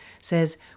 says